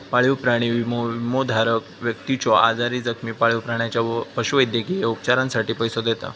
पाळीव प्राणी विमो, विमोधारक व्यक्तीच्यो आजारी, जखमी पाळीव प्राण्याच्या पशुवैद्यकीय उपचारांसाठी पैसो देता